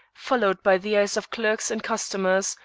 followed by the eyes of clerks and customers,